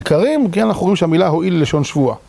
בקרים גם אנחנו רואים שהמילה הועיל כן לשון שבועה